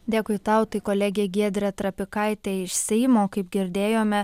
dėkui tau tai kolegė giedrė trapikaitė iš seimo kaip girdėjome